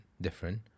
different